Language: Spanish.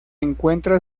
encuentra